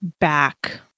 back